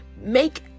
make